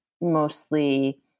mostly